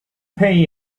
pay